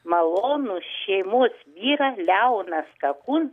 malonų šeimos vyrą leonas kakun